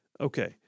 Okay